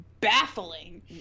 baffling